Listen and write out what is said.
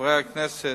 חברי הכנסת,